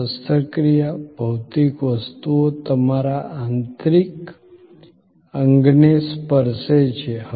જો શસ્ત્રક્રિયા ભૌતિક વસ્તુઓ તમારા આંતરિક અંગને સ્પર્શે છે